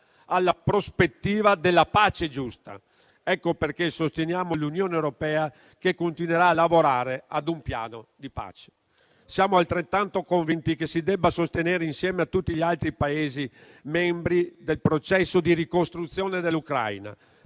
alla prospettiva della pace giusta. Ecco perché sosteniamo l'Unione europea, che continuerà a lavorare ad un piano di pace. Siamo altrettanto convinti che si debba sostenere, insieme a tutti gli altri Paesi membri, il processo di ricostruzione dell'Ucraina.